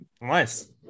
nice